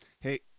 Hey